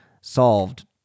solved